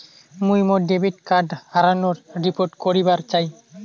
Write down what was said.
মুই মোর debit card হারানোর রিপোর্ট করিবার চাই